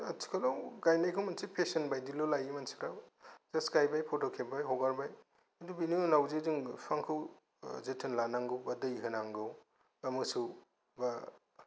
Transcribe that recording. आथिखालाव गायनायखौ मोनसे पेसन बायदिल' लायो मानसिफोरा जास गायबाय फट' खेबबाय हगारबाय बेनि उनावजे जों बिफांखौ जोथोन लानांगौ बा दै होनांगौ बा मोसौ बा